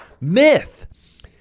myth